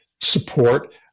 support